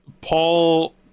Paul